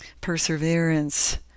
perseverance